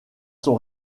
sont